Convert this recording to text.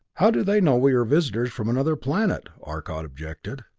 how do they know we are visitors from another planet? arcot objected.